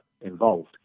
involved